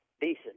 decent